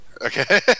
Okay